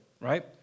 right